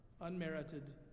unmerited